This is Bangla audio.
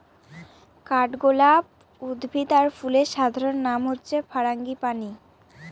কাঠগলাপ উদ্ভিদ আর ফুলের সাধারণ নাম হচ্ছে ফারাঙ্গিপানি